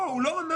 לא, הוא לא ענה.